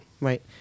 Right